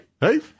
hey